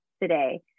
today